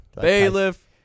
Bailiff